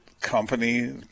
company